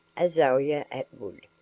azalia atwood,